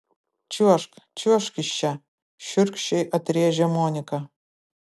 čiuožk čiuožk iš čia šiurkščiai atrėžė monika